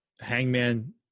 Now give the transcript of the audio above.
Hangman